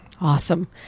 Awesome